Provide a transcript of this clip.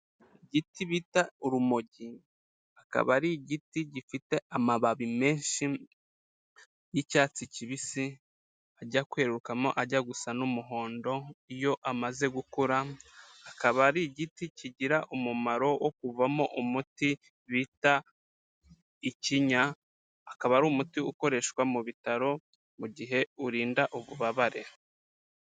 Igiti bita urumogi, akaba ari igiti gifite amababi menshi y'icyatsi kibisi ajya kwererukamo ajya gusa n'umuhondo iyo amaze gukura, akaba ari igiti kigira umumaro wo kuvamo umuti bita ikinya, akaba ari umuti ukoreshwa mu bitaro mu gihe urinda ububabare.